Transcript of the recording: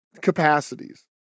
capacities